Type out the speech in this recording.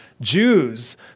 Jews